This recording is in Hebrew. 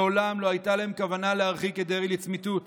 מעולם לא הייתה להם כוונה להרחיק את דרעי לצמיתות";